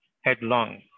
headlong